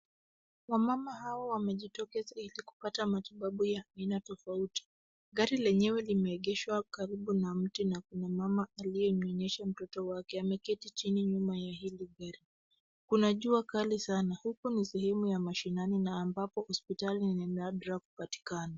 Wamama hao wamejitokeza ili kupata matibabu ya aina tofauti. Gari lenyewe limeegeshwa karibu na mti na kuna mama aliyenyonyesha mtoto wake ameketi chini nyuma ya hili gari. Kuna jua kali sana. Huko ni sehemu ya mashinani na ambapo hospitali ni nadra kupatikana.